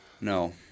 No